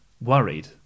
Worried